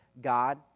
God